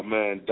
Man